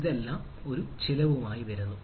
ഇതെല്ലാം ഒരു ചിലവുമായി വരുന്നു